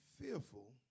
fearful